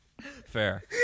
Fair